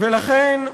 ולכן,